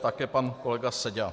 Také pan kolega Seďa.